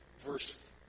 verse